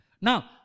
Now